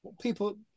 People